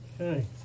Okay